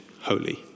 holy